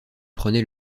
prenait